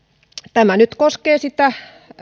tämä nyt koskee sitä